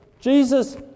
Jesus